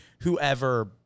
whoever